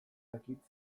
dakit